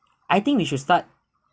I think we should start